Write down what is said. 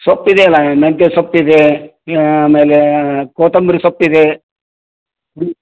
ಸೊಪ್ಪಿದೆಯಲ್ಲ ಮೆಂತ್ಯೆ ಸೊಪ್ಪಿದೆ ಆಮೇಲೆ ಕೊತ್ತಂಬ್ರಿ ಸೊಪ್ಪಿದೆ ಹ್ಞೂ